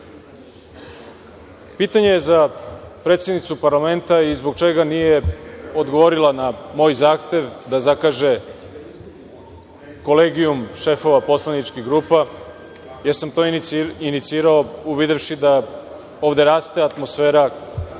za predsednicu parlamenta - zbog čega nije odgovorila na moj zahtev da zakaže Kolegijum šefova poslaničkih grupa? Ja sam to inicirao, uvidevši da ovde raste atmosfera koja